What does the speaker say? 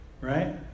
right